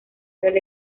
del